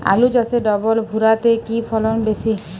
আলু চাষে ডবল ভুরা তে কি ফলন বেশি?